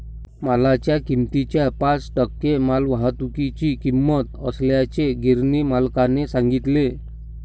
मालाच्या किमतीच्या पाच टक्के मालवाहतुकीची किंमत असल्याचे गिरणी मालकाने सांगितले